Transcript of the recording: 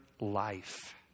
life